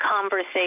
conversation